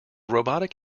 robotic